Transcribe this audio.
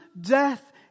death